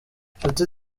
nshuti